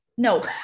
No